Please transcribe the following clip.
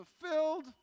fulfilled